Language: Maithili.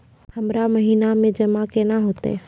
हमरा महिना मे जमा केना हेतै?